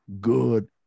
good